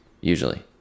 usually